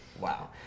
Wow